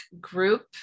group